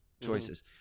choices